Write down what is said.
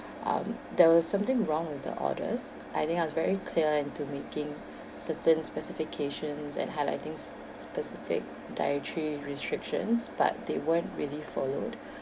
um there was something wrong with the orders I think I was very clear into making certain specifications and highlighting sp~ specific dietary restrictions but they weren't really followed